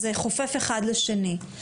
זה חופף אחד לשני.